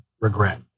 regret